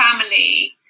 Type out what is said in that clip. family